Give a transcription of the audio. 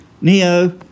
Neo